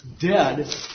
dead